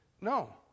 no